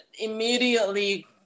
immediately